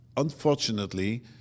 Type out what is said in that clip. Unfortunately